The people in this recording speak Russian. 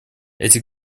эти